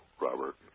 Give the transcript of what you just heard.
Robert